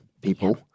people